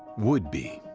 would be